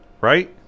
right